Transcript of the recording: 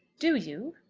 do you?